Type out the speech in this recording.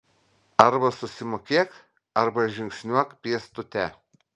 arba susimokėk arba žingsniuok pėstute